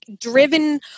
driven